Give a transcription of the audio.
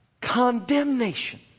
condemnation